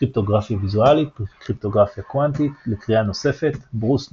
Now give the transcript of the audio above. קריפטוגרפיה ויזואלית קריפטוגרפיה קוונטית לקריאה נוספת ברוס נורמן,